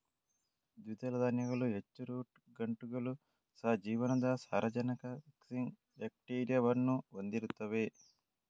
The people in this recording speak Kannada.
ದ್ವಿದಳ ಧಾನ್ಯಗಳು ಹೆಚ್ಚು ರೂಟ್ ಗಂಟುಗಳು, ಸಹ ಜೀವನದ ಸಾರಜನಕ ಫಿಕ್ಸಿಂಗ್ ಬ್ಯಾಕ್ಟೀರಿಯಾವನ್ನು ಹೊಂದಿರುತ್ತವೆ